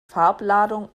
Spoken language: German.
farbladung